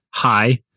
Hi